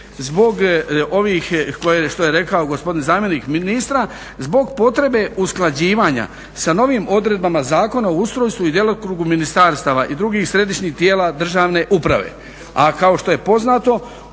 zbog ovih što je rekao gospodin zamjenik ministra zbog potrebe usklađivanja sa novim odredbama Zakona o ustrojstvu i djelokrugu ministarstava i drugih središnjih tijela državne uprave.